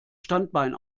standbein